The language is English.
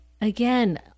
Again